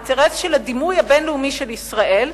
אינטרס של הדימוי הבין-לאומי של ישראל,